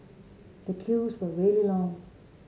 the queues were really long